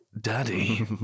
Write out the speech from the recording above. daddy